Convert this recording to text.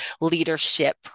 leadership